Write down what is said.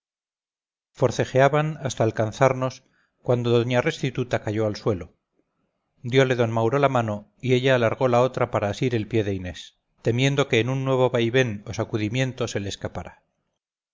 gorro forcejeaban hasta alcanzarnos cuando doña restituta cayó al suelo diole d mauro la mano y ella alargó la otra para asir el pie de inés temiendo que en un nuevo vaivén o sacudimiento se le escapara